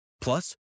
Plus